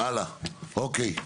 הלאה, אוקיי.